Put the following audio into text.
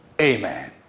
amen